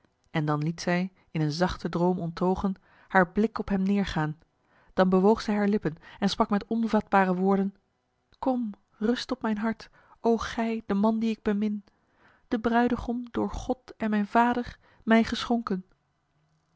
en dan liet zij in een zachte droom onttogen haar blik op hem neergaan dan bewoog zij haar lippen en sprak met onvatbare woorden kom rust op mijn hart o gij de man die ik bemin de bruidegom door god en mijn vader mij geschonken